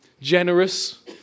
generous